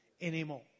anymore